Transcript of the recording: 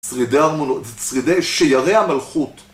שרידי המונ...שרידי שיריי המלכות